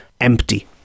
empty